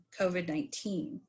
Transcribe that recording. COVID-19